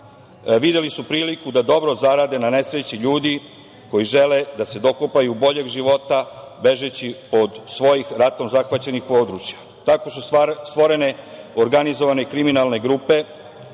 videli su priliku da dobro zarade na nesreći ljudi koji žele da se dokopaju boljeg života bežeći od svojih ratom zahvaćenih područja. Tako su stvorene organizovane kriminalne grupe